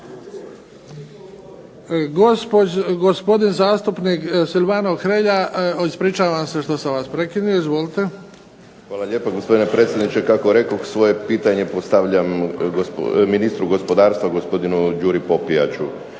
Gospodin zastupnik Silvano Hrelja, ispričavam se što sam vam prekinuo, izvolite. **Hrelja, Silvano (HSU)** Hvala lijepo gospodine predsjedniče, kako rekoh svoje pitanje postavljam ministru gospodarstva gospodinu Đuri Popijaču.